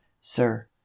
sir